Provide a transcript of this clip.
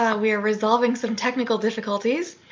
ah we are resolving some technical difficulties.